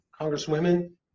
congresswomen